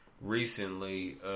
recently